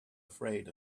afraid